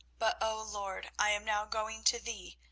but, o lord, i am now going to thee.